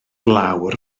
lawr